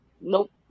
Nope